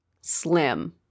slim